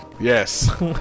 Yes